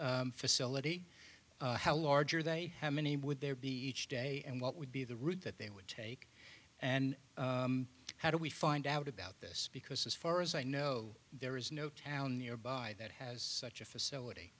facility how large are they have any would there be each day and what would be the route that they would take and how do we find out about this because as far as i know there is no town nearby that has such a facility